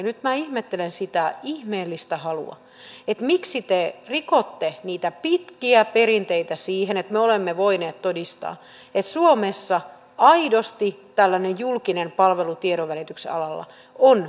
nyt ihmettelen sitä ihmeellistä halua että miksi te rikotte niitä pitkiä perinteitä siitä että me olemme voineet todistaa että suomessa aidosti tällainen julkinen palvelu tiedonvälityksen alalla on eduskunnan käsissä